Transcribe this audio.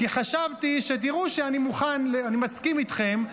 כי חשבתי שתראו שאני מסכים איתכם,